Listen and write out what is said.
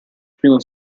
primo